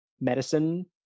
medicine